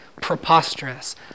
preposterous